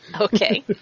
Okay